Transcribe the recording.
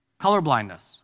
Colorblindness